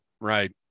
right